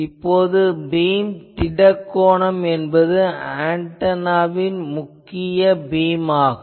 இப்போது பீம் திடக் கோணம் என்பது ஆன்டெனாவின் முக்கிய பீம் ஆகும்